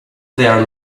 their